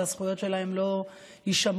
והזכויות שלהם לא יישמרו.